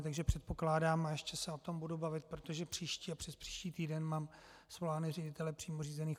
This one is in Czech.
Takže předpokládám a ještě se o tom budu bavit, protože příští a přespříští týden mám svolány ředitele přímo řízených organizací.